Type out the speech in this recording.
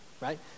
right